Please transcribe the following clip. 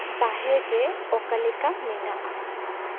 ᱵᱟᱦᱮᱨ ᱨᱮ ᱚᱠᱟ ᱞᱮᱠᱟ ᱢᱮᱱᱟᱜᱼᱟ